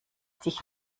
dich